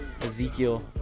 Ezekiel